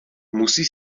musí